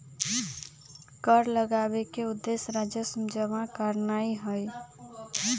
कर लगाबेके उद्देश्य राजस्व जमा करनाइ हइ